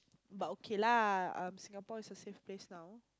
but okay lah um Singapore is a safe place now